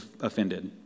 offended